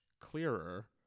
clearer